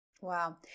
Wow